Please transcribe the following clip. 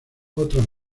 otras